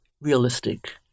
realistic